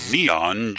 Neon